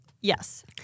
Yes